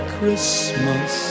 Christmas